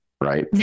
right